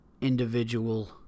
individual